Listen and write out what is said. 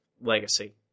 legacy